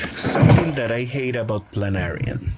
something that i hate about planarians,